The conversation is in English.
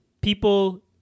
people